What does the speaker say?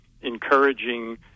encouraging